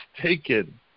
taken